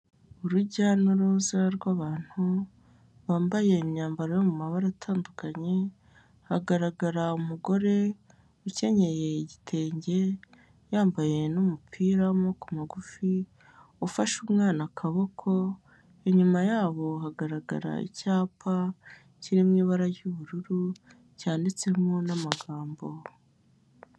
Urujya n'uruza rw'abantu bambaye imyambaro yo mu mabara atandukanye hagaragara umugore ukenyeye igitenge yambaye n'umupira w'amaboko magufi, ufashe umwana akaboko, inyuma yabo hagaragara icyapa kiri mu ibara ry'ubururu cyanditsemo n'amagambo.